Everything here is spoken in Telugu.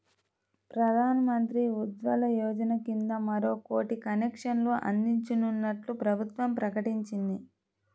ప్రధాన్ మంత్రి ఉజ్వల యోజన కింద మరో కోటి కనెక్షన్లు అందించనున్నట్లు ప్రభుత్వం ప్రకటించింది